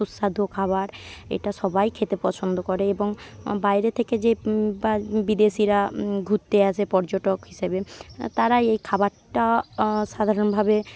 সুস্বাদু খাবার এটা সবাই খেতে পছন্দ করে এবং বাইরে থেকে যে বিদেশিরা ঘুরতে আসে পর্যটক হিসাবে তারা এই খাবারটা সাধারণভাবে